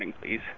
please